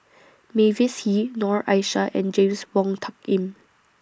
Mavis Hee Noor Aishah and James Wong Tuck Yim